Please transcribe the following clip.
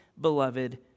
beloved